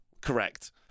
correct